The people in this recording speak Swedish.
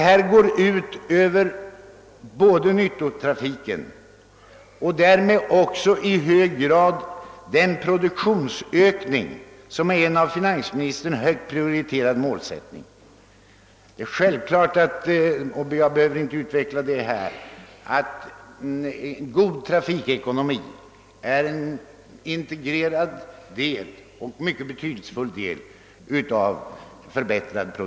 Detta går ut över all trafik, även nyttotrafiken och därmed också i hög grad över den produktionsökning, som är en av finansministern högt prioriterad målsättning. Det är självklart — och jag behöver inte närmare utveckla den saken — att en god trafikekonomi är en mycket väsentlig förutsättning för förbättring av produktiviteten.